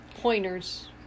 pointers